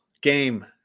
game